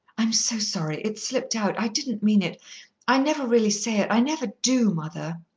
i'm so sorry it slipped out i didn't mean it i never really say it. i never do, mother.